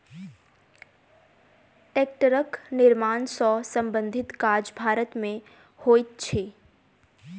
टेक्टरक निर्माण सॅ संबंधित काज भारत मे होइत अछि